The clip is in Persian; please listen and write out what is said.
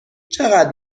چقدر